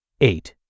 Eight